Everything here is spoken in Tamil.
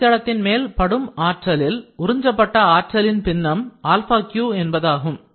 அடித்தளத்தின் மேல் படும் ஆற்றலில் உறிஞ்சப்பட்ட ஆற்றலின் பின்னம் alpha Q என்பதாகும்